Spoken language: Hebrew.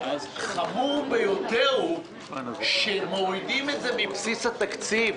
אז חמור ביותר הוא, שמורידים את זה מבסיס התקציב.